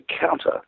counter